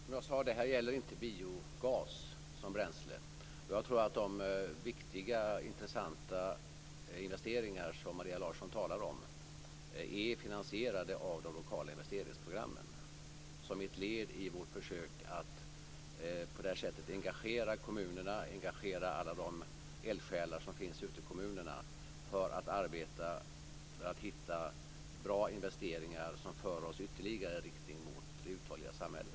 Fru talman! Som jag tidigare sade gäller det inte biogas som bränsle. Jag tror att de viktiga, intressanta investeringar som Maria Larsson talar om är finansierade av de lokala investeringsprogrammen. De är ett led i vårt försök att på detta sätt engagera kommunerna och alla de eldsjälar som finns ute i kommunerna för att hitta bra insvesteringar som för oss ytterligare i riktning mot det uthålliga samhället.